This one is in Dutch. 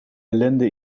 ellende